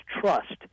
trust